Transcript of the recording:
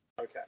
Okay